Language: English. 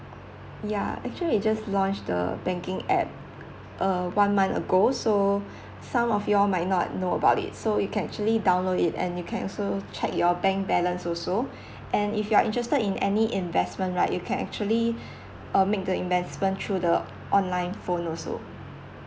ya actually we just launched the banking app uh one month ago so some of you might not know about it so you can actually download it and you can also check your bank balance also and if you're interested in any investment right you can actually uh make the investment through the online phone also